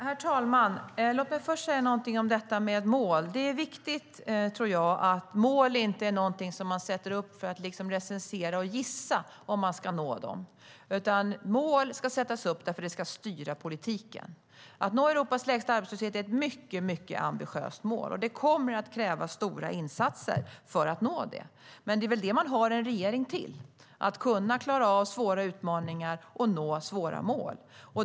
Herr talman! Låt mig först säga något om mål. Det är viktigt att mål inte är något som man sätter upp för att recensera och gissa om man ska nå. Mål ska sättas upp för att styra politiken. Att nå Europas lägsta arbetslöshet är ett mycket ambitiöst mål, och det kommer att krävas stora insatser för att vi ska nå det. Men det är väl det man har en regering till. Den ska kunna klara av svåra utmaningar och nå svåra mål.